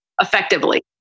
effectively